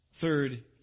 Third